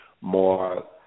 more